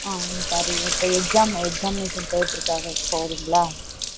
ஆ ம் சரி இப்போ எக்ஸாம் எக்ஸாமினேஷன் போயிட்டுருக்காக போகறீங்களா